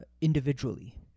individually